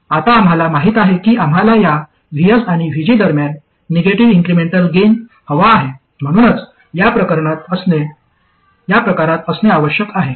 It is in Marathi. आता आम्हाला माहित आहे की आम्हाला या Vs आणि VG दरम्यान निगेटिव्ह इन्क्रिमेंटल गेन हवा आहे म्हणूनच या प्रकारात असणे आवश्यक आहे